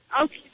Okay